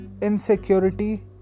insecurity